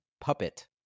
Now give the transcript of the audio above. puppet